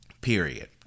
period